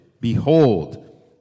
Behold